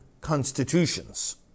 constitutions